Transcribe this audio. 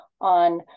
on